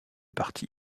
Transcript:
parti